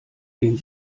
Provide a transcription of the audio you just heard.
den